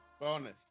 Bonus